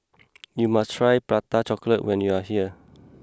you must try Prata Chocolate when you are here